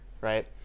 right